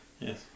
Yes